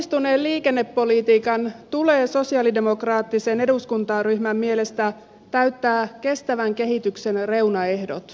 onnistuneen liikennepolitiikan tulee sosialidemokraattisen eduskuntaryhmän mielestä täyttää kestävän kehityksen reunaehdot